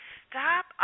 stop